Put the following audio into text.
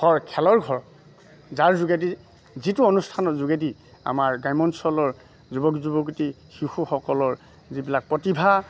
ঘৰ খেলৰ ঘৰ যাৰ যোগেদি যিটো অনুষ্ঠানৰ যোগেদি আমাৰ গ্ৰাম্য অঞ্চলৰ যুৱক যুৱতী শিশুসকলৰ যিবিলাক প্ৰতিভা